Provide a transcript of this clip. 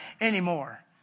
anymore